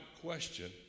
question